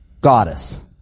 goddess